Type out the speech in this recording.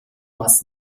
must